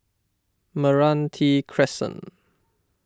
Meranti Crescent